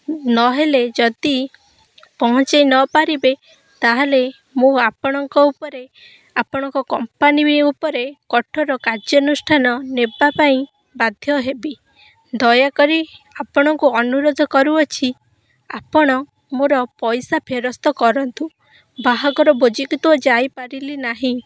ନହେଲେ ଯଦି ପହଞ୍ଚାଇ ନ ପାରିବେ ତାହେଲେ ମୁଁ ଆପଣଙ୍କ ଉପରେ ଆପଣଙ୍କ କମ୍ପାନୀ ବି ଉପରେ କଠୋର କାର୍ଯ୍ୟାନୁଷ୍ଠାନ ନେବା ପାଇଁ ବାଧ୍ୟ ହେବି ଦୟାକରି ଆପଣଙ୍କୁ ଅନୁରୋଧ କରୁଅଛି ଆପଣ ମୋର ପଇସା ଫେରସ୍ତ କରନ୍ତୁ ବାହାଘର ଭୋଜିକୁ ତ ଯାଇପାରିଲି ନାହିଁ